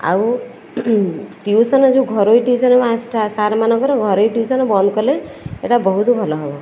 ଆଉ ଟିଉସନ୍ ଯେଉଁ ଘରୋଇ ଟିଉସନ୍ ମାଷ୍ଟର ସାର୍ମାନଙ୍କର ଘରୋଇ ଟିଉସନ୍ ବନ୍ଦ କଲେ ଏଇଟା ବହୁତ ଭଲ ହେବ